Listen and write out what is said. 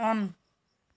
on